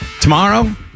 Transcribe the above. Tomorrow